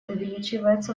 увеличивается